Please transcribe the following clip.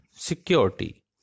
Security